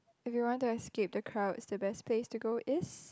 if you want to escape the crowds the best place to go is